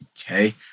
Okay